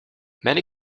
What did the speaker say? many